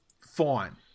fine